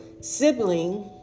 sibling